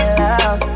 love